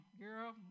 Girl